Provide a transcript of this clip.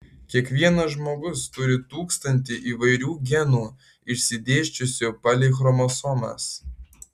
kiekvienas žmogus turi tūkstantį įvairių genų išsidėsčiusių palei chromosomas